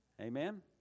Amen